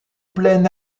plein